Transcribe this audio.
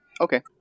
Okay